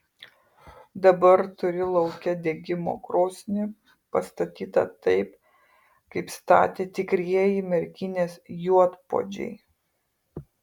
dabar turi lauke degimo krosnį pastatytą taip kaip statė tikrieji merkinės juodpuodžiai